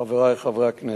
חברי חברי הכנסת,